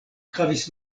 havis